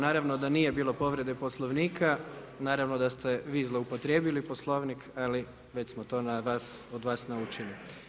Naravno da nije bilo povrede Poslovnika, naravno da ste vi zloupotrijebili Poslovnik, ali već smo to od vas naučili.